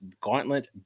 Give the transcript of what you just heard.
Gauntlet